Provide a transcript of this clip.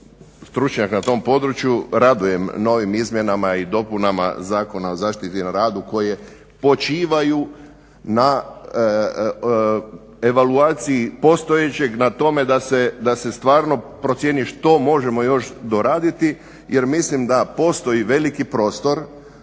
stručnjak na tom području radujem novim izmjenama i dopunama Zakona o zaštiti na radu koje počivaju na evaluaciji postojećeg, na tome da se stvarno procijeni što možemo još doraditi. Jer mislim da postoji veliki prostor